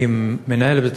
עם מנהלת בית-הספר,